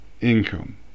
income